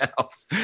else